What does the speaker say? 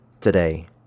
today